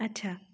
अच्छा